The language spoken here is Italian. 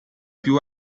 più